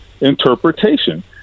interpretation